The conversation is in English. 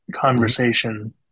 conversation